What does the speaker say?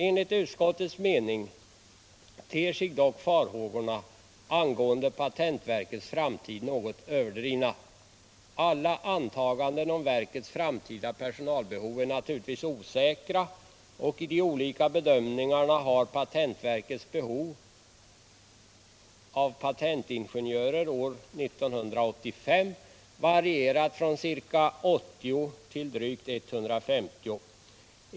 Enligt utskottets mening ter sig dock farhågorna angående patentverkets framtid något överdrivna. Alla antaganden om verkets framtida personalbehov är naturligtvis osäkra, och i de olika bedömningarna har patentverkets behov av patentingenjörer år 1985 varierat från ca 80 till drygt 150.